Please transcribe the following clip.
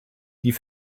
die